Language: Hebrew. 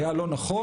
היה לא נכון,